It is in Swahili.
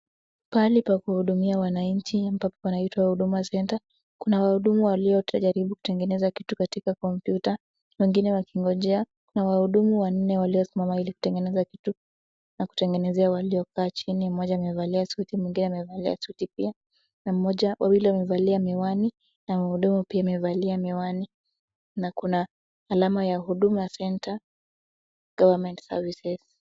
Pahali pa kuhudumia wananchi ambapo panaitwa Huduma [ Center . Kuna wahudumu waliotojaribu kutengeneza kitu katika komputa wengine wakiogoja . Kuna wahudumu waliosimama ilikutengeneza kitu na kutengenezea waliokaa chini, mmoja amevalia suti, mwingine amevalia suti pia na mmoja ,wawili wamevalia miwani na wahudumu pia wamevalia miwani. Na kuna alama ya Huduma Center Government Services .